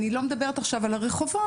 אני לא מדברת עכשיו על הרחובות,